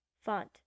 Font